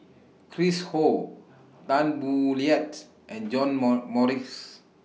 Chris Ho Tan Boo Liat and John More Morrice